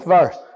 verse